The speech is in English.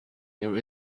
there